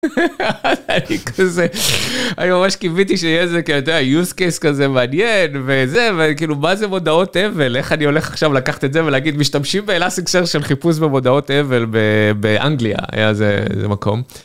אני ממש קיוויתי שיהיה איזה יוסקייס כזה מעניין וזה וכאילו מה זה מודעות אבל איך אני הולך עכשיו לקחת את זה ולהגיד משתמשים באלסטיק סרץ' של חיפוש במודעות אבל באנגליה איזה מקום.